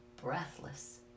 breathless